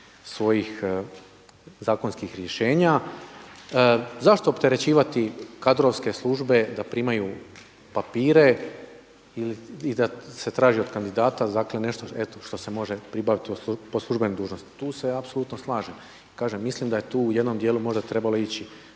svojih zakonskih rješenja. Zašto opterećivati kadrovske službe da primaju papire i da se traži od kandidata dakle nešto eto što se može pribaviti po službenoj dužnosti? Tu se apsolutno slažem, kažem mislim da je tu u jednom dijelu možda trebalo ići